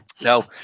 No